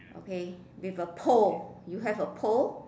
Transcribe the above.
okay with a pole you have a pole